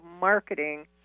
marketing